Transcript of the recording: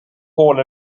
hall